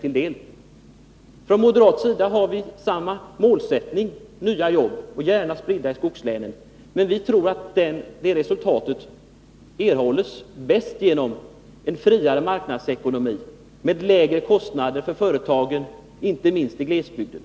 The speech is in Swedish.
Vi moderater har samma målsättning: nya jobb, gärna spridda i skogslänen. Men vi tror att det resultatet erhålls bäst genom en friare marknadsekonomi, med lägre kostnader för företagen, inte minst i glesbygden.